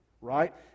right